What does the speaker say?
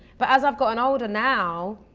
but as i've gotten older now,